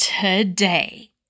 today